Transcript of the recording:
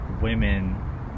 women